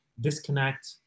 disconnect